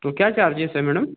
तो क्या चार्जेस है मैडम